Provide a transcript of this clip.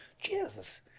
Jesus